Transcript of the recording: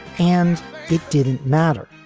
and it didn't matter.